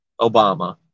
Obama